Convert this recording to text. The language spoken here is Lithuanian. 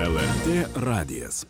lrt radijas